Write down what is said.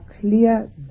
clear